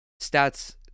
stats